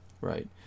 Right